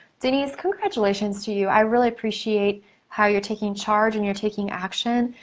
denise, congratulations to you. i really appreciate how you're taking charge and you're taking action.